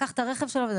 לקח את הרכב שלו וזה.